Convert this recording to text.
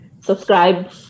subscribe